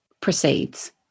proceeds